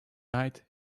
night